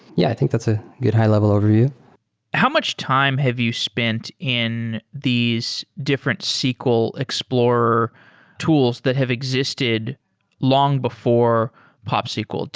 yeah, i think that's a good high-level overview how much time have you spent in these different sql explorer tools that have existed long before popsql?